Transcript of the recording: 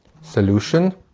Solution